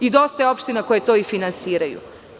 Dosta je opština koje to i finansiraju.